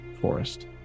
forest